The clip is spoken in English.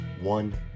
One